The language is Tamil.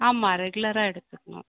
ஆமாம் ரெகுலராக எடுத்துக்கணும்